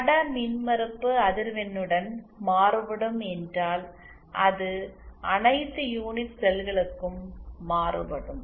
பட மின்மறுப்பு அதிர்வெண்ணுடன் மாறுபடும் என்றால் அது அனைத்து யூனிட் செல்களுக்கும் மாறுபடும்